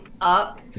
up